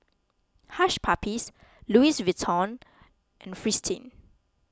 Hush Puppies Louis Vuitton and Fristine